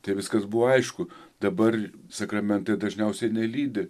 tai viskas buvo aišku dabar sakramentai dažniausiai nelydi